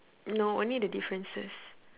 no only the differences